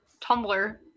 Tumblr